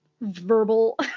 verbal